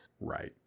Right